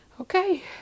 Okay